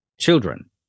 children